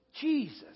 Jesus